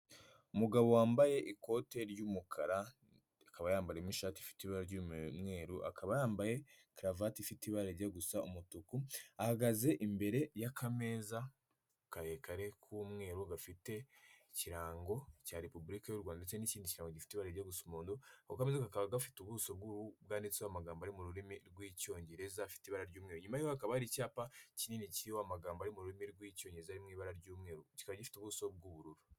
Umugabo wambaye ikote ry'umukara akaba yambariyemo ishati ifite ibara ry'umweru, akaba yambaye karuvati ifite ibara rijya gusa umutuku, ahagaze imbere y'akameza karekare k'umweru gafite ikirango cya repubulika y'u Rwanda ndetse n'ikindi kirango gifite ibara rijya gusa umuhondo ako kameza kakaba gafite ubuso bw'ubururu bwanditseho amagambo ari mu rurimi rw'icyongereza afite ibara ry'umweru, nyuma yaho hakaba hari icyapa kinini cyiriho amagambo ari mu rurimi rw'Icyongereza ari mu ibara ry'umweru, kikaba gifite ubuso bw'ubururu.